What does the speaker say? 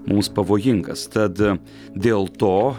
mums pavojingas tad dėl to